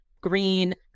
green